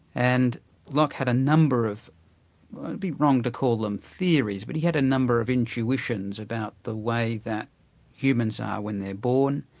and locke had a number of it would be wrong to call them theories, but he had a number of intuitions about the way that humans are when they're born,